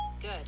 good